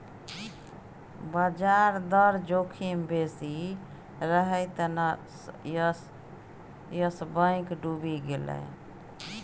ब्याज दर जोखिम बेसी रहय तें न यस बैंक डुबि गेलै